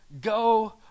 go